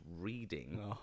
reading